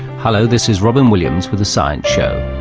hello, this is robyn williams with the science show.